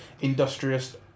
industrious